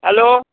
hello